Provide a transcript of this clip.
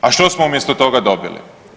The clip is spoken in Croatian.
A što smo umjesto toga dobili?